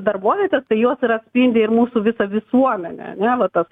darbovietes tai jos ir atspindi ir mūsų visą visuomenę ane va tas